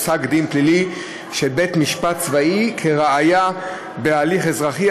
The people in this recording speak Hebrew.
פסק-דין פלילי של בית-משפט צבאי כראיה בהליך אזרחי,